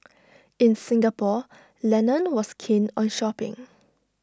in Singapore Lennon was keen on shopping